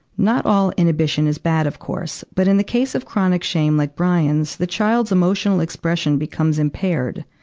not all inhibition is bad, of course. but in the case of chronic shame, like brian's, the child's emotional expression becomes impaired.